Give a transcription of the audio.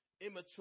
immature